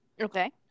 Okay